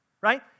right